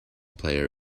player